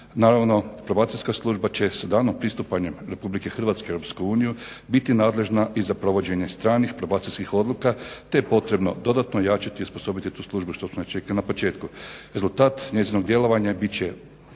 Naravno, probacijska služba će sa danom pristupanja RH u Europsku uniju biti nadležna i za provođenje stranih probacijskih odluka, te je potrebno dodatno ojačati i osposobiti tu službu što smo već rekli na početku. Rezultat njezinog djelovanja bit će